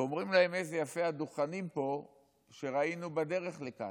ואומרים להם: איזה יופי הדוכנים פה שראינו בדרך לכאן.